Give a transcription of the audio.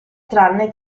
tranne